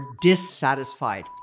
dissatisfied